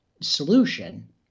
solution